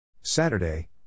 Saturday